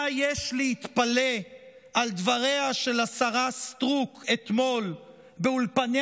מה יש להתפלא על דבריה של השרה סטרוק אתמול באולפני